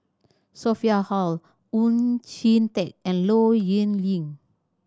Sophia Hull Oon Jin Teik and Low Yen Ling